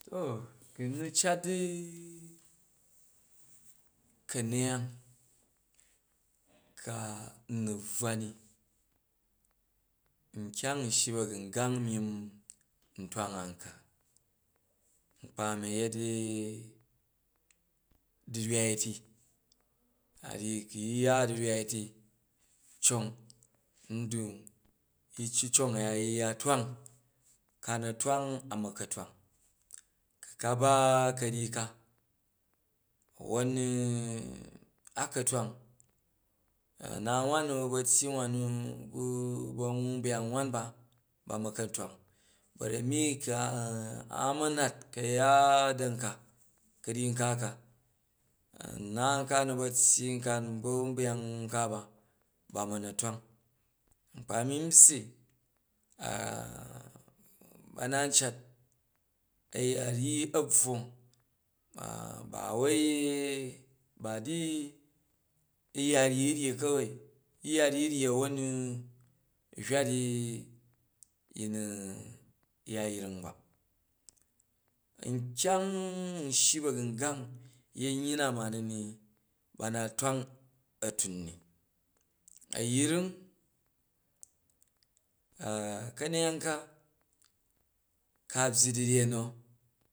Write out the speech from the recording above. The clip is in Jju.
To ku̱ n nu cat ka̱ nyang ko a nu bvwa ni, nkyang n shyi ba̱gungang n shyi n nu twang an ka, nkpa mi yet du̱rywai. ti, a rryi ku yu ya du̱rywai ti, a ryyi ku ya du̱rywai ti cong ndwa yi ci congh a̱ya yi ya twang ka twang a ma̱n ka twang, ku ka ba ka̱ngyyi ka a̱voom a ka̱ twang, ana̱ wam nu ba̱ a̱tyyi wam nu bu̱ ba̱vum beyang ba ba ma ka̱twang, ba̱rami ku a man rat ka̱ya dam ka ka̱ryyi nka ka, a̱na nka nu bu̱ a̱tyyi nkla nu ba̱ ba̱vambrang nka ba, ba ma na twang, nkpa mi n byyi ba na n cat a̱ya ryyi a bvwomg ba wai ba di yi ya ryi u̱ ryyi ka̱wai yi ya ryyi u̱ ryyi a̱won u̱ hywa di yi na ya yreng ba. Nkyang n shy ba̱gungang yi na ma ni ni ba na twang a tum ni, ayring ka̱meyang ka, lka byyi du̱ryen o.